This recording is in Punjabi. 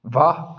ਵਾਹ